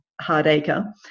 Hardacre